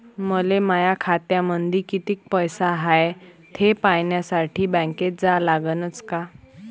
मले माया खात्यामंदी कितीक पैसा हाय थे पायन्यासाठी बँकेत जा लागनच का?